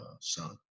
son